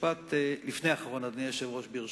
משפט לפני אחרון, אדוני היושב-ראש, ברשותך.